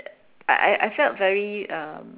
I I felt very um